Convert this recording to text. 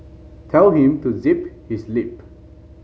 tell him to zip his lip